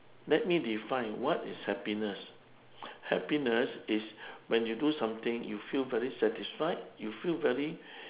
let me define what is happiness happiness is when you do something you feel very satisfied you feel very